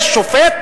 יש שופט